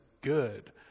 good